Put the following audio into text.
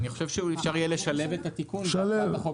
אני חושב שאפשר יהיה לשלב את התיקון בהצעת החוק